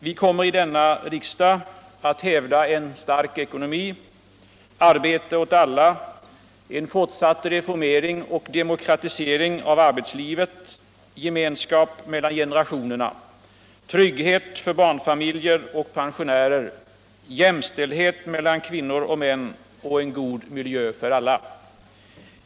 Vi kommer i denna riksdag att hävda en stark eckonomi, arbete åt alla, en fortsatt reformering och demokratisering av arbetslivet, gemenskap mellan generationerna, trygghet för barnfamilier och pensionärer, jämställdhet mellan kvinnor och män och en god miljö för alla.